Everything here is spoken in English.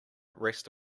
rest